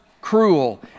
cruel